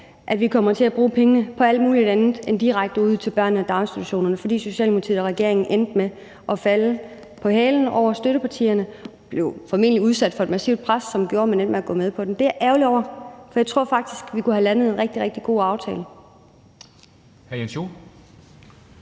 at vi kommer til at bruge pengene på alt muligt andet end direkte ud til børnene i daginstitutionerne, fordi Socialdemokratiet og regeringen endte med at falde på halen over støttepartierne – man blev formentlig udsat for et massivt pres, som gjorde, at man endte med at gå med på den. Det er jeg ærgerlig over, for jeg tror faktisk, at vi kunne have landet en rigtig, rigtig god aftale.